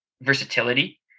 versatility